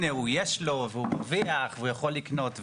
הנה יש לו והוא מרוויח והוא יכול לקנות וזה.